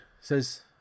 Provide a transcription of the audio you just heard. says